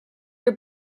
your